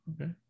Okay